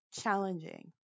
challenging